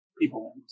people